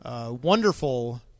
Wonderful